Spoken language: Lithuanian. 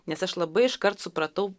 nes aš labai iškart supratau